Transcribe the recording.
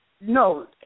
no